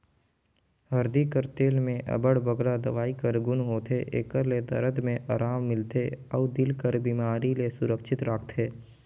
हरदी कर तेल में अब्बड़ बगरा दवई कर गुन होथे, एकर ले दरद में अराम मिलथे अउ दिल कर बेमारी ले सुरक्छित राखथे